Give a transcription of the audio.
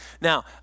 Now